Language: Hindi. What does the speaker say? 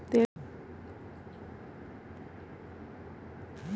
तेल की कीमतों की वृद्धि ने गरीब देशों को ऋण लेने पर विवश किया